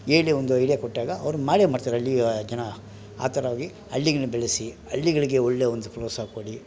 ಹೇಳಿ ಒಂದು ಐಡ್ಯಾ ಕೊಟ್ಟಾಗ ಅವರು ಮಾಡೇ ಮಾಡ್ತಾರೆ ಹಳ್ಳಿಯಾ ಜನ ಆ ಥರವಾಗಿ ಹಳ್ಳಿಗಳನ್ನು ಬೆಳೆಸಿ ಹಳ್ಳಿಗಳಿಗೆ ಒಳ್ಳೆ ಒಂದು ಪ್ರೋತ್ಸಾಹ ಕೊಡಿ